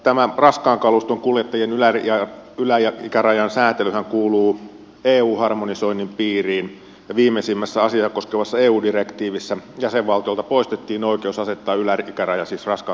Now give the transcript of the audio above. tämä raskaan kaluston kuljettajien mylläri ja ylä ja kitara yläikärajan sääntelyhän kuuluu eu harmonisoinnin piiriin ja viimeisimmässä asiaa koskevassa eu direktiivissä jäsenvaltioilta poistettiin oikeus asettaa yläikäraja raskaan kaluston kuljettajille